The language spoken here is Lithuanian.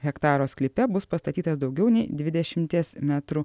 hektaro sklype bus pastatytas daugiau nei dvidešimies metrų